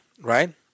right